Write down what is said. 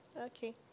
Okay